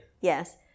Yes